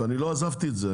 ואני לא עזבתי את זה.